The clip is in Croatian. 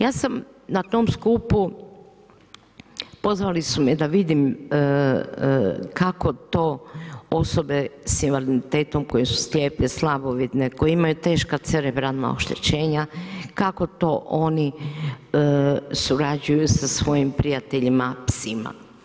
Ja sam na tom skupu, pozvali su me da vidim kako to osobe s invaliditetom koje su slijepe, slabovidne, koje imaju teška cerebralna oštećenja kako to oni surađuju sa svojim prijateljima psima.